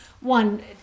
one